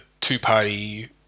two-party